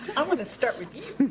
i'm gonna start with you.